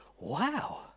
wow